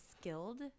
skilled